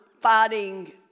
fighting